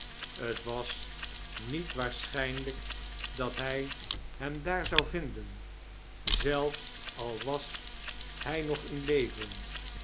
t was niet waarsohijnlijk dat hij hem daar zou vinden zelfs al was hij nog in leven